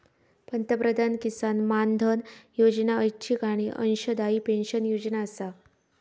पंतप्रधान किसान मानधन योजना ऐच्छिक आणि अंशदायी पेन्शन योजना आसा